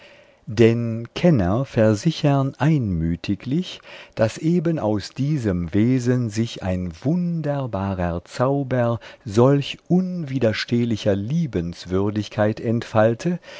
denn kenner versichern einmütiglich daß eben aus diesem wesen sich ein wunderbarer zauber solch unwiderstehlicher liebenswürdigkeit entfalte